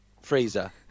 freezer